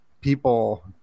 people